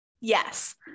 Yes